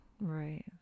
right